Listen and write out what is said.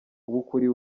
ukuri